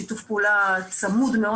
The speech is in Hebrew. שזאת גם עלייה משנים קודמות,